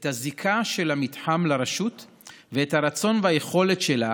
את הזיקה של המתחם לרשות ואת הרצון והיכולת שלה